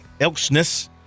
Elksness